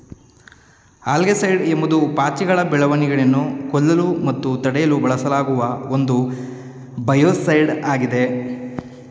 algaecide ಎಂಬುದು ಪಾಚಿಗಳ ಬೆಳವಣಿಗೆಯನ್ನು ಕೊಲ್ಲಲು ಮತ್ತು ತಡೆಯಲು ಬಳಸಲಾಗುವ ಒಂದು ಬಯೋಸೈಡ್ ಆಗಿದೆ